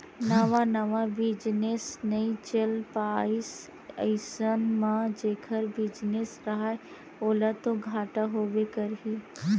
नवा नवा बिजनेस नइ चल पाइस अइसन म जेखर बिजनेस हरय ओला तो घाटा होबे करही